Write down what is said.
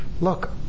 Look